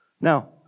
Now